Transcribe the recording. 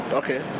okay